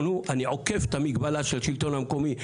הוא אני עוקף את המגבלה של השלטון המקומי,